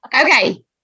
okay